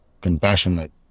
compassionate